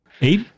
Eight